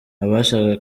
abashakaga